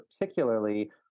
particularly